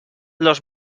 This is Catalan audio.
los